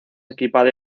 equipada